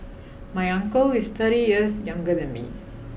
my uncle is thirty years younger than me